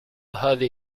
هذه